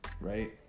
Right